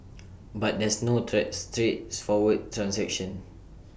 but there's no such straights forward transaction